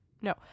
No